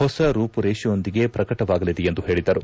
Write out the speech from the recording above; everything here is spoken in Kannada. ಹೊಸ ರೂಪುರೇಷೆಯೊಂದಿಗೆ ಪ್ರಕಟವಾಗಲಿದೆ ಎಂದು ಹೇಳಿದ್ದರು